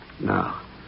No